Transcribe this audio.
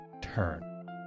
turn